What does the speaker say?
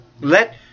Let